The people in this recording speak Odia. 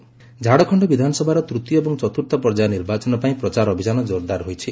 ଝାଡ଼ଖଣ୍ଡ କ୍ୟାମ୍ପେନ୍ ଝାଡ଼ଖଣ୍ଡ ବିଧାନସଭାର ତୂତୀୟ ଏବଂ ଚତୁର୍ଥ ପର୍ଯ୍ୟାୟ ନିର୍ବାଚନ ପାଇଁ ପ୍ରଚାର ଅଭିଯାନ ଜୋରଦାର ହୋଇଛି